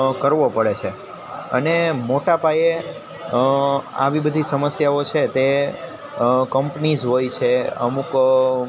કરવો પડે છે અને મોટા પાયે આવી બધી સમસ્યાઓ છે તે કંપનીસ હોય છે અમુક